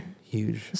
huge